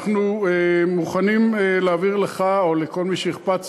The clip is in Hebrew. אנחנו מוכנים להעביר לך או לכל מי שיחפץ